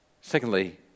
Secondly